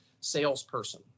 salesperson